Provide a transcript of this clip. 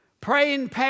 Praying